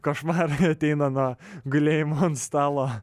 košmarai ateina nuo gulėjimo ant stalo